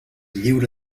lliure